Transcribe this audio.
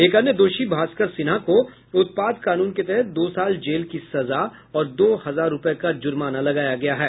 एक अन्य दोषी भास्कर सिन्हा को उत्पाद कानून के तहत दो साल जेल की सजा और दो हजार रूपये का जुर्माना भी लगाया है